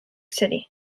city